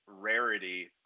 rarity